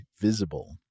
Visible